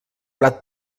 plat